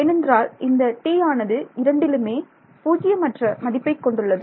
ஏனென்றால் இந்த T ஆனது இரண்டிலுமே 0 அற்ற மதிப்பை கொண்டுள்ளது